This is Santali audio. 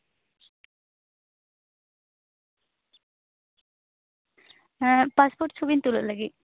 ᱦᱮᱸ ᱯᱟᱥᱯᱳᱨᱴ ᱪᱷᱚᱵᱤᱧ ᱛᱩᱞᱟᱹᱜ ᱞᱟᱹᱜᱤᱫ